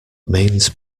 mains